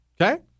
Okay